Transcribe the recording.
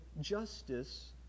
justice